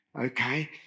Okay